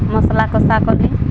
ମସଲା କଷା କରିଲି